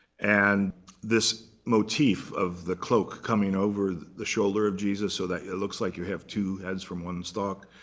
and this motif of the cloak coming over the shoulder of jesus, so that it looks like you have two heads from one stalk,